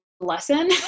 lesson